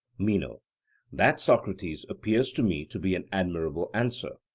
meno that, socrates, appears to me to be an admirable answer.